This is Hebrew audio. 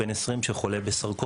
בחור בן 20 שחולה בסרקומה,